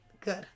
Good